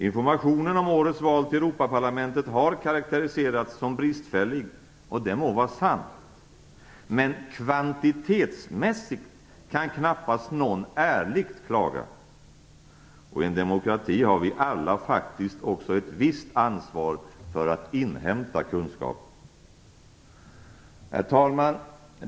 Informationen om årets val till Europaparlamentet har karakteriserats som bristfällig, och det må vara sant. Men kvantitetsmässigt kan knappast någon ärligt klaga. Och i en demokrati har vi alla faktiskt ett visst ansvar för att inhämta kunskap. Herr talman!